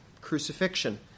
crucifixion